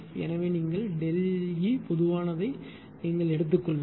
எனவே நீங்கள் ΔE பொதுவானதை எடுத்துக் கொள்ளுங்கள்